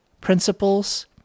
principles